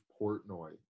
Portnoy